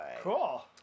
Cool